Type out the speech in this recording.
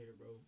bro